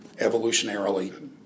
evolutionarily